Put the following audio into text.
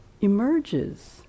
emerges